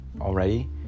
already